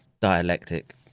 dialectic